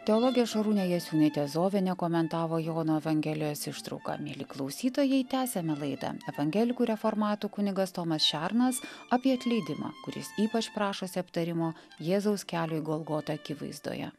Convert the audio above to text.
teologė šarūnė jasiūnaitė zovienė komentavo jono evangelijos ištrauką mieli klausytojai tęsiame laidą evangelikų reformatų kunigas tomas šernas apie atleidimą kuris ypač prašosi aptarimo jėzaus kelio į golgotą akivaizdoje